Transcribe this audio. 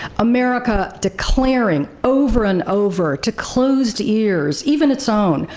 ah america declaring over and over to closed ears, even its own,